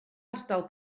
ardal